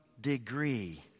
degree